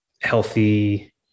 healthy